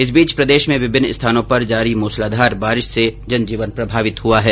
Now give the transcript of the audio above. इस बीच प्रदेश में विभिन्न स्थानों पर जारी मूसलाधार बारिश से जनजीवन प्रभावित हुआ है